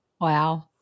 Wow